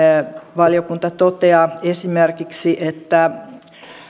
valiokunta toteaa esimerkiksi että